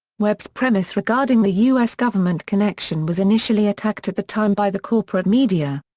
webb's premise regarding the u s. government connection was initially attacked at the time by the corporate media.